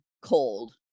cold